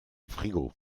frigo